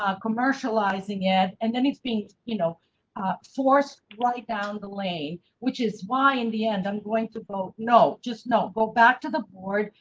ah commercializing it and then it's being. you know ah, force right down the lane, which is why, in the end i'm going to go no, just no. go back to the board,